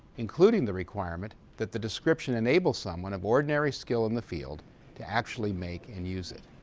including the requirement that the description enables someone of ordinary skill in the field to actually make and use it.